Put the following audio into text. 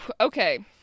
Okay